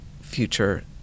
future